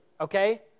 okay